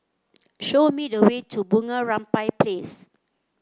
show me the way to Bunga Rampai Place